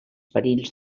perills